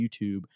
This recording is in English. YouTube